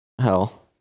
hell